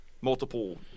multiple